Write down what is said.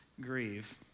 grieve